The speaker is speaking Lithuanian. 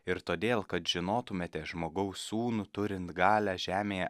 ir todėl kad žinotumėte žmogaus sūnų turint galią žemėje